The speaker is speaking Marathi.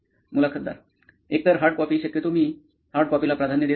मुलाखतदार एकतर हार्ड कॉपी शक्यतो मी हार्ड कॉपीला प्राधान्य देत असे